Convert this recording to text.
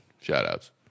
Shout-outs